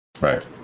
Right